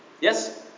Yes